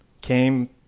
came